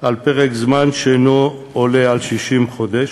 על פרק זמן שאינו עולה על 60 חודש.